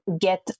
get